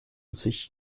sich